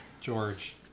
George